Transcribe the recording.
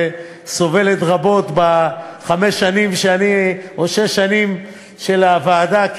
וסובלת רבות בחמש השנים או שש השנים של הוועדה,